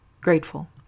grateful